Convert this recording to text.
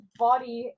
body